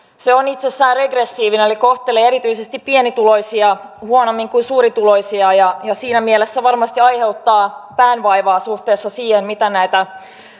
se on itsessään regressiivinen eli kohtelee erityisesti pienituloisia huonommin kuin suurituloisia ja siinä mielessä varmasti aiheuttaa päänvaivaa suhteessa siihen miten näitä